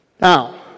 Now